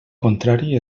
contrari